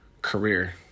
career